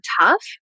tough